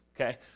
okay